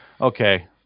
Okay